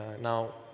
Now